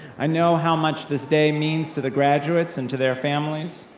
i know how much this day means to the graduates, and to their families,